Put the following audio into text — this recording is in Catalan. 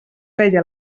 feia